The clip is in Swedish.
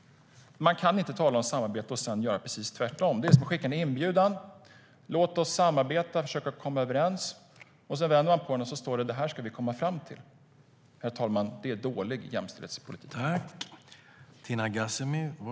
Man kan inte tala om samarbete och sedan göra precis tvärtom. Det är som att skicka en inbjudan där det står: Låt oss samarbeta och försöka komma överens. Om man sedan vänder på den står det: Det här ska vi komma fram till.